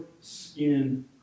skin